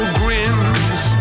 grins